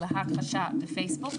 או להכחשה בפייסבוק,